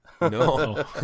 No